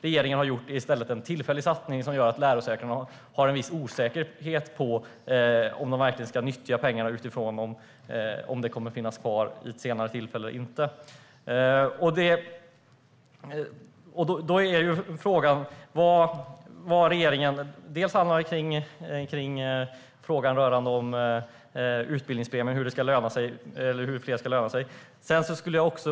Regeringen har i stället gjort en tillfällig satsning så att det råder osäkerhet på lärosätena om de ska nyttja pengarna eller om de kommer att finnas kvar vid senare tillfälle eller inte. Det kvarstår frågor om hur utbildningspremier ska löna sig.